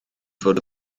fod